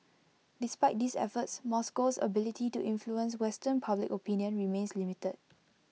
despite these efforts Moscow's ability to influence western public opinion remains limited